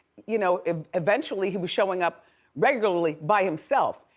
you know um eventually he was showing up regularly by himself.